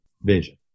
vision